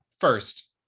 First